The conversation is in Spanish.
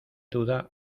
duda